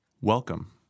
welcome